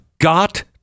got